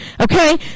okay